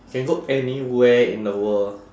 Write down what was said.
can go anywhere in the world